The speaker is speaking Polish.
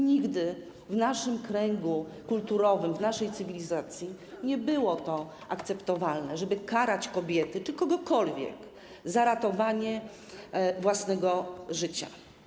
Nigdy w naszym kręgu kulturowym, w naszej cywilizacji nie było to akceptowalne, żeby karać kobiety czy kogokolwiek za ratowanie własnego życia.